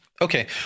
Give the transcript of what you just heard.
Okay